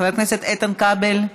חבר הכנסת איתן כבל,